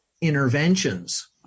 interventions